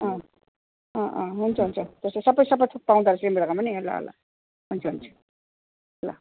हुन्छ हुन्छ त्यसो भए सबै सबै थोक पाउँदोरहेछ तिम्रो दोकान नि ल ल हुन्छ हुन्छ ल